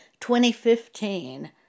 2015